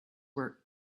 work